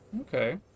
Okay